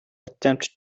attempted